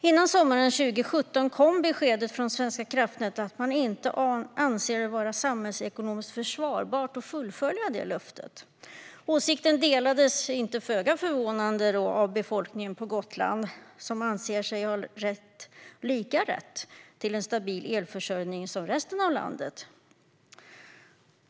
Före sommaren 2017 kom beskedet från Svenska kraftnät att man inte anser det vara samhällsekonomiskt försvarbart att fullfölja detta löfte. Föga förvånande delades inte åsikten av befolkningen på Gotland, som anser sig ha lika rätt till en stabil elförsörjning som resten av landet.